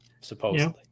Supposedly